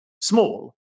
small